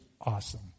awesome